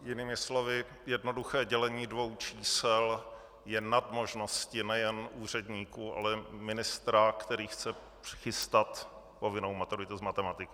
Jinými slovy: Jednoduché dělení dvou čísel je nad možnosti nejen úředníků, ale ministra, který chce přichystat povinnou maturitu z matematiky.